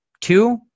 two